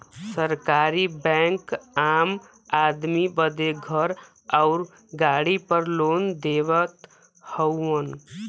सरकारी बैंक आम आदमी बदे घर आउर गाड़ी पर लोन देवत हउवन